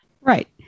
Right